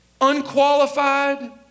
unqualified